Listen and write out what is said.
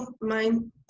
mind